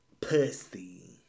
Pussy